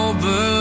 Over